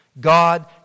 God